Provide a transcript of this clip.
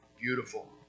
beautiful